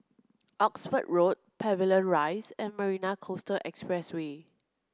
Oxford Road Pavilion Rise and Marina Coastal Expressway